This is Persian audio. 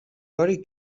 باری